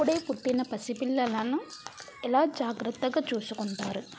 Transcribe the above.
అప్పుడే పుట్టిన పసి పిల్లలను ఎలా జాగ్రత్తగా చూసుకుంటారు